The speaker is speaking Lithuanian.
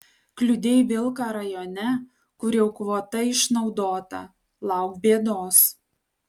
kliudei vilką rajone kur jau kvota išnaudota lauk bėdos